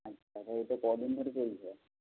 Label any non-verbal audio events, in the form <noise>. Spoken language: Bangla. <unintelligible> কদিন ধরে চলছে